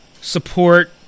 support